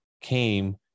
came